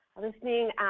Listening